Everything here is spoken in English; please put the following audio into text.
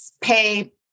pay